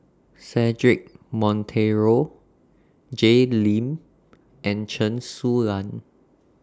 Cedric Monteiro Jay Lim and Chen Su Lan